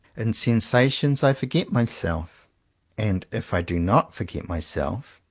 in sensa tions i forget myself and if i did not forget myself,